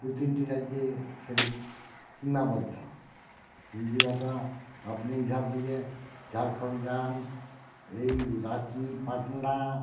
দু তিনটি রাজ্যে সেটি ট সীমাবদ্ধ হিন্দি ভাষা আপনি ঝারদিকে ঝাড়খন্ড যান এই রাঁচি পাটনা